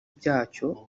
byacyo